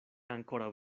ankoraŭ